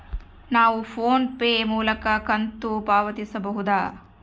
ನಾವು ಫೋನ್ ಪೇ ಮೂಲಕ ಕಂತು ಪಾವತಿಸಬಹುದಾ?